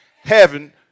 heaven